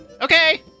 Okay